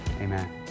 Amen